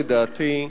לדעתי,